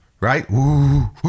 right